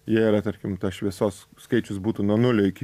jie yra tarkim tas šviesos skaičius būtų nuo nulio iki